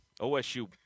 OSU